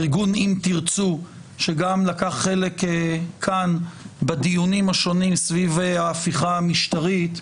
ארגון 'אם תרצו' שגם לקח חלק כאן בדיונים השונים סביב ההפיכה המשטרית.